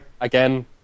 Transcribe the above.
again